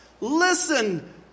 Listen